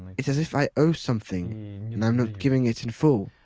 it's as if i owe something and i'm not giving it in full.